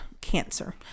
cancer